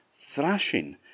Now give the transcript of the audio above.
thrashing